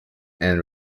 and